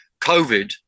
COVID